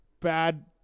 bad